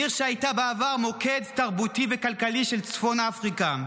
עיר שהייתה בעבר מוקד תרבותי וכלכלי של צפון אפריקה.